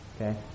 okay